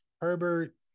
Herbert